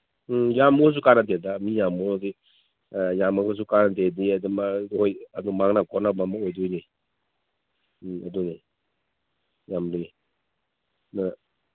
ꯎꯝ ꯌꯥꯝꯃꯨꯒꯁꯨ ꯀꯥꯟꯅꯗꯦꯗ ꯃꯤ ꯌꯥꯝꯃꯒꯗꯤ ꯌꯥꯝꯃꯒꯁꯨ ꯀꯥꯅꯗꯦꯗꯤ ꯑꯥ ꯍꯣꯏ ꯑꯗꯨ ꯃꯥꯡꯅ ꯈꯣꯠꯅꯕ ꯑꯃ ꯑꯣꯏꯗꯣꯏꯅꯤ ꯎꯝ ꯑꯗꯨꯅꯤ ꯌꯥꯝ ꯂꯨꯏ ꯍꯣꯏ